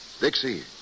Dixie